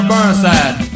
Burnside